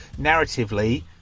Narratively